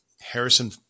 Harrison